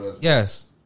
Yes